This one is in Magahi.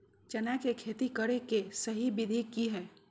चना के खेती करे के सही विधि की हय?